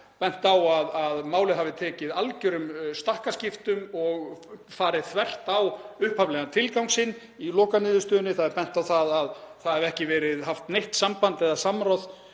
bent á að málið hafi tekið algjörum stakkaskiptum og farið þvert á upphaflegan tilgang sinn í lokaniðurstöðunni. Það er bent á að ekki hafi verið haft neitt samband eða samráð